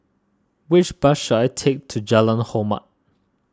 which bus should I take to Jalan Hormat